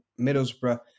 Middlesbrough